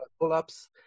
pull-ups